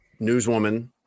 newswoman